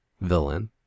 villain